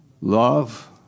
Love